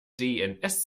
dns